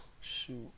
Shoot